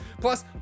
Plus